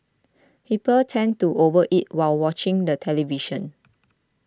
people tend to over eat while watching the television